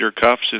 cuffs